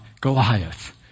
Goliath